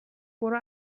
برو